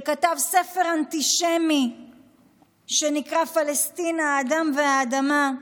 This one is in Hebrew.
שכתב ספר אנטישמי שנקרא "פלסטין, האדם והאדמה",